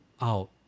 out